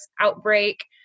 outbreak